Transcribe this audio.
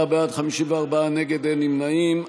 34 בעד, 54 נגד, אין נמנעים.